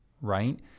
right